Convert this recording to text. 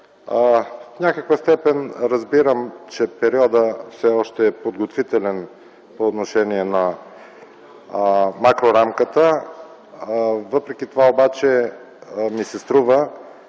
в някаква степен разбирам, че периодът все още е подготвителен по отношение на макрорамката. Струва ми се обаче, че това,